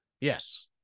Yes